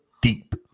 deep